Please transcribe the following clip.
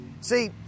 see